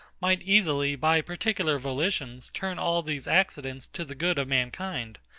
might easily, by particular volitions, turn all these accidents to the good of mankind,